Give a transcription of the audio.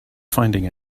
finding